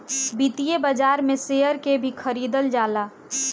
वित्तीय बाजार में शेयर के भी खरीदल जाला